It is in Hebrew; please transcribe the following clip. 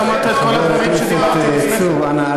לא שמעת את כל הדברים שאמרתי לפני כן.